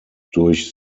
durch